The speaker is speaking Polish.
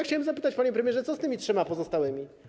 Chciałem zapytać, panie premierze, co z trzema pozostałymi?